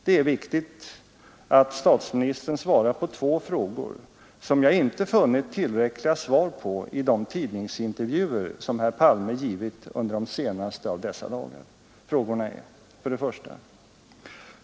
Det är viktigt att statsministern svarar på två frågor, som jag icke funnit tillräckliga svar på i de tidningsintervjuer som herr Palme givit under de senaste av dessa dagar. Frågorna är: 1.